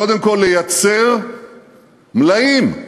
קודם כול לייצר מלאים.